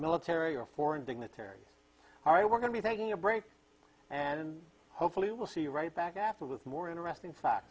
military or foreign dignitaries all right we're going to be taking a break and hopefully we'll see you right back after with more interesting fact